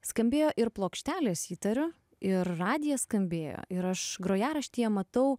skambėjo ir plokštelės įtariu ir radijas skambėjo ir aš grojaraštyje matau